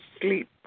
sleep